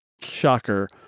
shocker